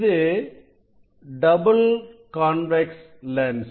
இது double convex lens